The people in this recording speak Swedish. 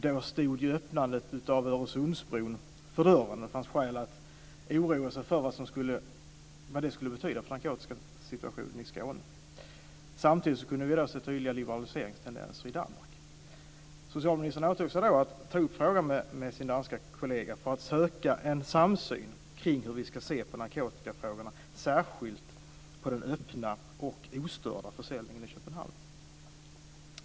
Då stod öppnandet av Öresundsbron för dörren, och det fanns skäl att oroa sig för vad det skulle betyda för narkotikasituationen i Skåne. Samtidigt kunde vi se tydliga liberaliseringstendenser i Danmark. Socialministern åtog sig då att ta upp frågan med sin danska kollega för att söka en samsyn på narkotikafrågorna, särskilt på den öppna och ostörda försäljningen i Köpenhamn.